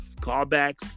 callbacks